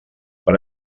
per